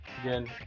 again